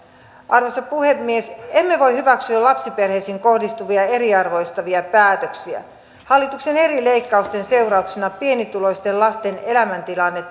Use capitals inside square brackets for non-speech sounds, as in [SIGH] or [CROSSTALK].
arvoisa puhemies emme voi hyväksyä lapsiperheisiin kohdistuvia eriarvoistavia päätöksiä hallituksen eri leikkausten seurauksena pienituloisten lasten elämäntilanne [UNINTELLIGIBLE]